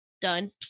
Done